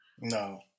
No